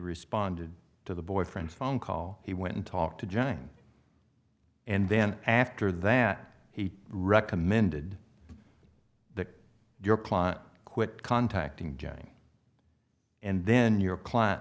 responded to the boyfriend's phone call he went and talked to john and then after that he recommended that your client quit contacting jane and then your client